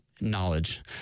knowledge